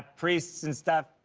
priests and stuff.